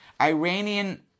Iranian